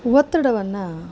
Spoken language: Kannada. ಒತ್ತಡವನ್ನು